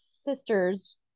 sisters